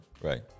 Right